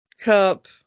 cup